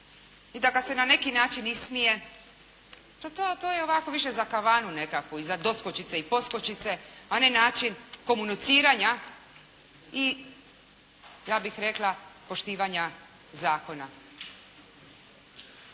i da ga se na neki način ismije. Pa to je ovako više za kavanu nekakvu, za doskočice i poskočice a ne način komuniciranja i ja bih rekla poštivanja zakona.